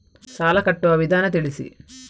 ಸಾಲ ಕಟ್ಟುವ ವಿಧಾನ ತಿಳಿಸಿ?